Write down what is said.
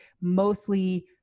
mostly